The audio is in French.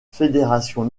fédération